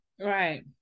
Right